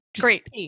great